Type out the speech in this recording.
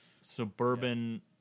suburban